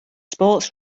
sports